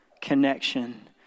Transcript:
connection